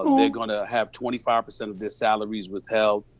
they gonna have twenty five percent of their salaries withheld.